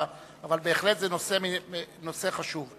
אבל זה בהחלט נושא חשוב.